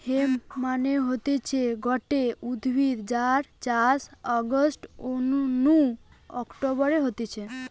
hemp মানে হতিছে গটে উদ্ভিদ যার চাষ অগাস্ট নু অক্টোবরে হতিছে